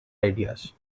ideas